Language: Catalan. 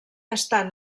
estan